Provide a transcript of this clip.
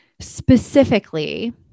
Specifically